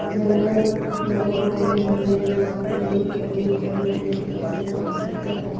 general लोगों को भी हमें यह बात प्रेरित करनी होगी कि हम कैसे क्या लिखते हैं